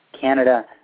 Canada